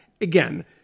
again